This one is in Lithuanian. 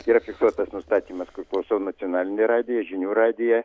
yra fiksuotas nustatymas kur klausau nacionalinį radiją žinių radiją